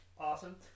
awesome